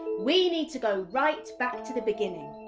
we need to go right back to the beginning.